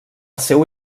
seu